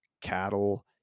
cattle